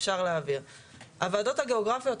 הוועדות הגיאוגרפיות,